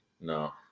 No